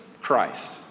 Christ